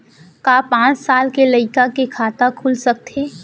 का पाँच साल के लइका के खाता खुल सकथे?